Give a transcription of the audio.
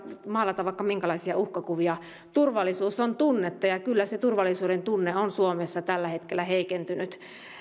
maalata vaikka minkälaisia uhkakuvia turvallisuus on tunnetta ja kyllä se turvallisuudentunne on suomessa tällä hetkellä heikentynyt